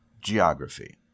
geography